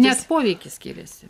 net poveikis skiriasi